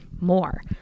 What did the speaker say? more